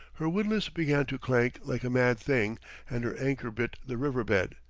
her windlass began to clank like a mad thing and her anchor bit the riverbed,